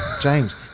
James